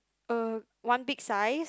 uh one big size